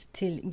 till